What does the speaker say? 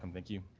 um thank you.